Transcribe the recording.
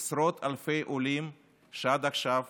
עשרות אלפי עולים שעד עכשיו